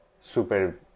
super